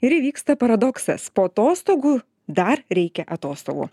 ir įvyksta paradoksas po atostogų dar reikia atostogų